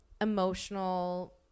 emotional